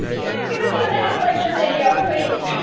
don't do it. two and a half lecture video, please.